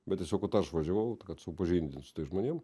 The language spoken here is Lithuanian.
bet tiesiog kad aš važiavau kad supažindint su tais žmonėm